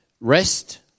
Rest